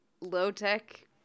low-tech